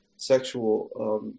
Sexual